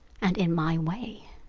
and in my way?